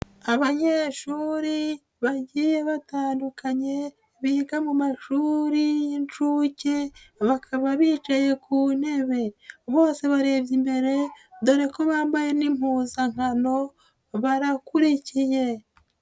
Abanyeyeshuri bagiye batandukanye, biga mu mashuri y'inshuke, bakaba bicaye ku ntebe. Bose bareba imbere, dore ko bambaye n'impuzankano, barakurikiye.